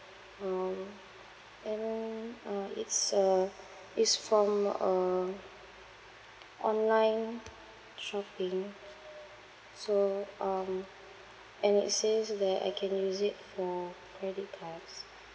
um and uh it's uh it's from a online shopping so um and it says that I can use it for credit cards